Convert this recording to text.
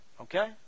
Okay